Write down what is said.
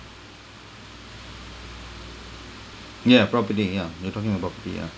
yeah property yeah we are talking about property ya